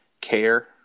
care